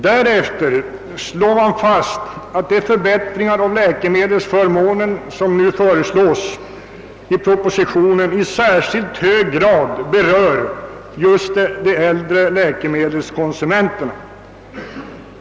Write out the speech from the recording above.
Därefter slås fast att de förbättringar av läkemedelsförmånerna som föreslås i propositionen kommer att i särskilt hög grad beröra just de äldre läkemedelskonsumenterna.